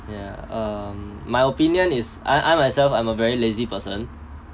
yeah um my opinion is I I myself I'm a very lazy person